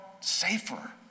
safer